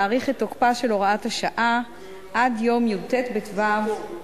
להאריך את תוקפה של הוראת השעה עד יום י"ט בטבת התשע"ו,